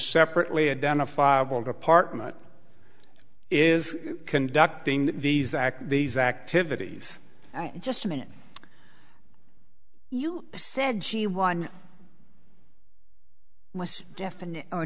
separately identifiable department is conducting these act these activities just a minute you said she one was definite